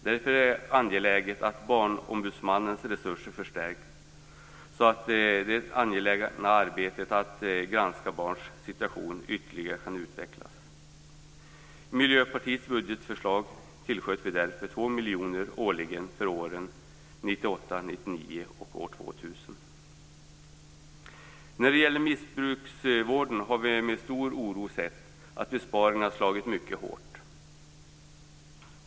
Därför är det angeläget att Barnombudsmannens resurser förstärks så att det angelägna arbetet att granska barns situation ytterligare kan utvecklas. I Miljöpartiets budgetförslag tillsköt vi därför 2 miljoner årligen för åren 1998, 1999 och När det gäller missbrukarvården har vi med stor oro sett att besparingarna slagit mycket hårt.